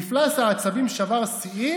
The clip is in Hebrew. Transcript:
מפלס העצבים שבר שיאים,